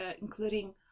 including